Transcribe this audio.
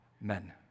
Men